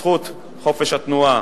זכות, חופש התנועה.